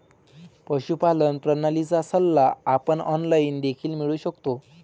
पशुपालन प्रणालीचा सल्ला आपण ऑनलाइन देखील मिळवू शकतो